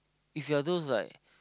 if you're those like